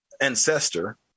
ancestor